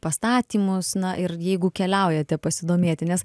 pastatymus na ir jeigu keliaujate pasidomėti nes